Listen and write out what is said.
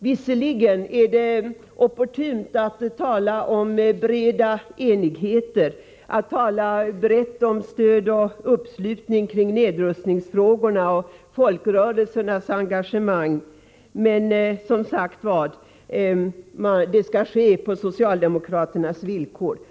Visserligen är det opportunt att tala om breda enigheter, att tala brett om uppslutning kring nedrustningsfrågorna och folkrörelsernas engagemang, men det skall komma till stånd på socialdemokraternas villkor!